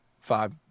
five